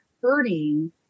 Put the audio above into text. hurting